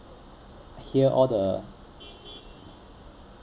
hear all the